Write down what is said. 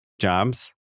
jobs